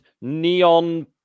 Neon